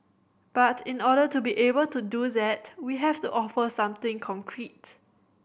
but in order to be able to do that we have to offer something concrete